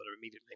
immediately